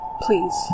Please